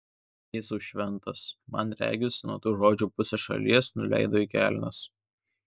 jėzau šventas man regis nuo tų žodžių pusė šalies nuleido į kelnes